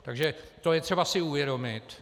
Takže to je třeba si uvědomit.